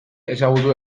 ezagutu